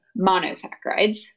monosaccharides